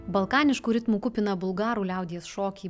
balkaniškų ritmų kupiną bulgarų liaudies šokį